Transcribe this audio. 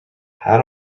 how